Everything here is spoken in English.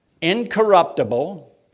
incorruptible